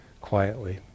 quietly